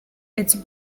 its